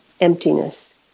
emptiness